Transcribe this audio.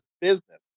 business